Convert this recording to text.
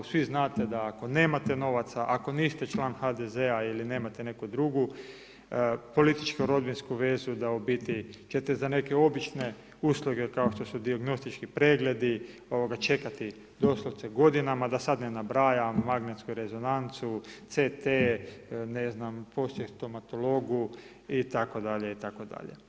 Svi znate da ako nemate novaca, ako niste član HDZ-a ili nemate neku drugu političko-rodbinsko vezu da u biti ćete za neke obične usluge kao što su dijagnostički pregledi ovoga čekati doslovce godinama da sada ne nabrajam, magnetnu rezonancu, CT, posjet stomatologu, itd, itd.